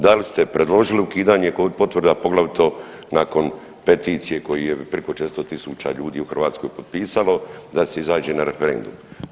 Da li ste predložili ukidanje Covid potvrda, poglavito nakon peticije koju je preko 400 tisuća ljudi u Hrvatskoj potpisalo, da se izađe na referendum?